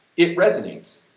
it resonates.